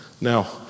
now